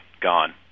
gone